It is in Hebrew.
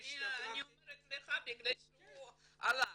אני אומרת לך בגלל שהוא הלך.